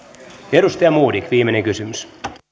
edustaja modig viimeinen kysymys